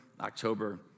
October